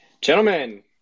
Gentlemen